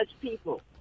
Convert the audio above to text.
people